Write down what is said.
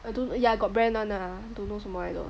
I don't yeah got brand [one] lah don't know 什么来的